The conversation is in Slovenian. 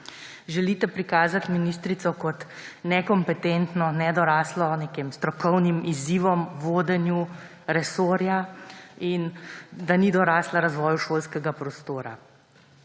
želite prikazati kot nekompetentno, nedoraslo nekim strokovnim izzivom, vodenju resorja in da ni dorasla razvoju šolskega prostora.